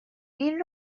این